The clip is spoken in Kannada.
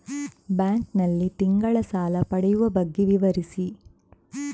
ಬ್ಯಾಂಕ್ ನಲ್ಲಿ ತಿಂಗಳ ಸಾಲ ಪಡೆಯುವ ಬಗ್ಗೆ ವಿವರಿಸಿ?